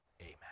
Amen